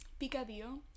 Picadillo